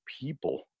people